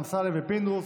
אמסלם ופינדרוס.